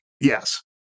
Yes